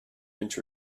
inch